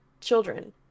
children